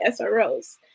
SROs